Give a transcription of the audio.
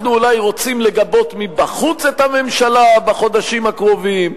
אנחנו אולי רוצים לגבות מבחוץ את הממשלה בחודשים הקרובים.